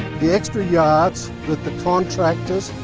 the extra yards, that the contractors,